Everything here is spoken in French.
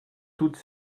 toutes